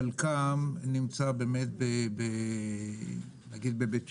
חלקם נמצא, למשל בבית שמש,